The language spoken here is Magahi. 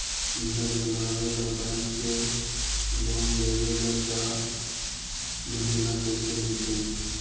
घर बनावे ल बैंक से लोन लेवे ल चाह महिना कैसे मिलतई?